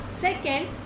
Second